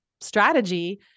strategy